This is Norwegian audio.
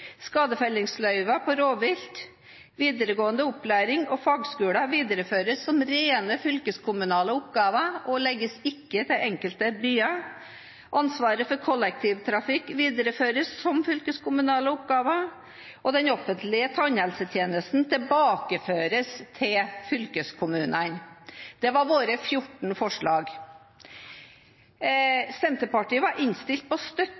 Skadefellingsløyver på rovvilt overføres fra Fylkesmannen til fylkeskommunene. Videregående opplæring og fagskolene videreføres som rene fylkeskommunale oppgaver og legges ikke til enkelte byer. Ansvaret for kollektivtrafikk videreføres som fylkeskommunale oppgaver. Den offentlige tannhelsetjenesten tilbakeføres til fylkeskommunene. Det var våre 14 forslag. Senterpartiet var innstilt på å støtte